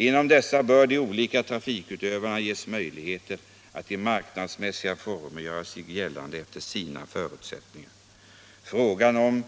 Inom dessa bör de olika trafikutövarna ges möjligheter att i marknadsmässiga former göra sig gällande efter sina förutsättningar. Frågan om